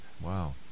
Wow